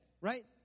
right